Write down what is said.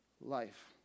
life